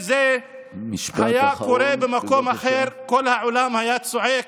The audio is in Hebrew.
אם זה היה קורה במקום אחר כל העולם היה צועק